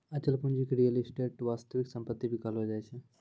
अचल पूंजी के रीयल एस्टेट या वास्तविक सम्पत्ति भी कहलो जाय छै